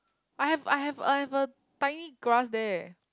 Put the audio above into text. I have I have I have a tiny grass there